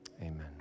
amen